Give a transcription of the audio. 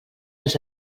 els